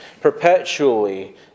perpetually